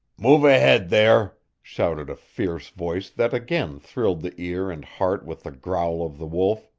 move ahead there! shouted a fierce voice that again thrilled the ear and heart with the growl of the wolf.